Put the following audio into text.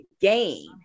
gain